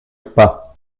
pas